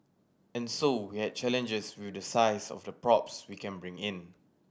and so we had challenges with the size of the props we can bring in